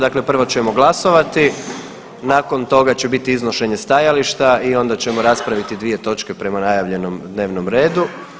Dakle prvo ćemo glasovati, nakon toga će biti iznošenje stajališta i onda ćemo raspraviti 2 točke prema najavljenom dnevnom redu.